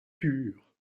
pur